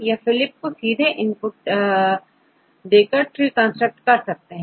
आप फिलिप को सीधे इनपुट देकरट्री कंस्ट्रक्ट कर सकते हैं